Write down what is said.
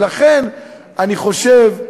ולכן אני חושב,